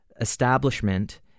establishment